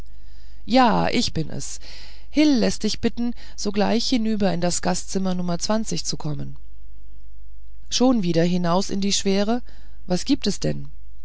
ja ich bin es hil läßt dich bitten sogleich hinüber in das gastzimmer n zu kommen schon wieder hinaus in die schwere was gibt es denn